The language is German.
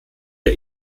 der